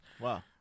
Wow